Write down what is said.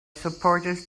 supporters